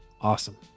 awesome